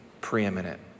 preeminent